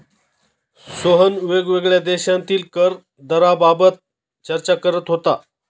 सोहन वेगवेगळ्या देशांतील कर दराबाबत चर्चा करत होता